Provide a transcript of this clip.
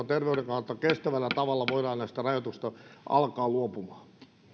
terveyden kannalta kestävällä tavalla voidaan näistä rajoituksista alkaa luopumaan